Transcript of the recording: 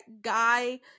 guy